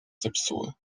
zepsuły